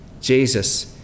Jesus